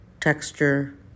texture